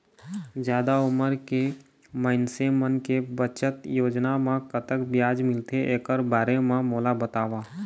जादा उमर के मइनसे मन के बचत योजना म कतक ब्याज मिलथे एकर बारे म मोला बताव?